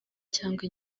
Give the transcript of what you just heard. cyangwa